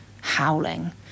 howling